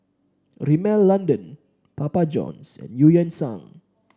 Rimmel London Papa Johns and Eu Yan Sang